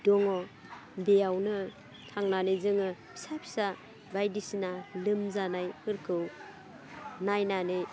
दङ बेयावनो थांनानै जोङो फिसा फिसा बायदिसिना लोमजानायफोरखौ नायनानै